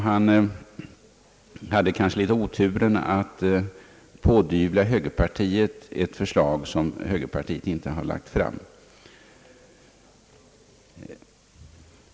Han hade kanske oturen att pådyvla högerpartiet ett förslag som högern inte har lagt fram.